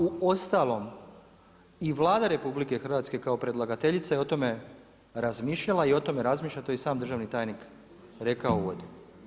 U ostalom i Vlada RH kao predlagateljica je o tome razmišljala i o tome razmišlja, to je i sam državni tajnik rekao u uvodu.